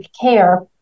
care